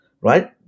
right